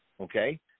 okay